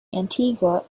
antigua